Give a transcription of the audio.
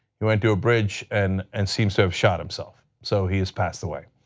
he went to a bridge and and seems to have shot himself so he has passed away.